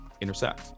intersect